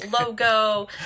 logo